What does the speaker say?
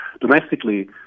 Domestically